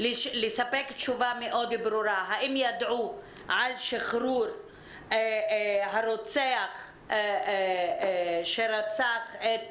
לספק לנו תשובה ברורה מאוד: האם ידעו על שחרור הרוצח שרצח את